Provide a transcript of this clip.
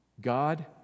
God